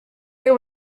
who